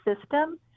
system